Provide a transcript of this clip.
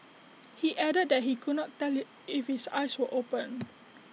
he added that he could not tell if his eyes were open